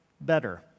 better